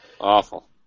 Awful